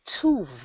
two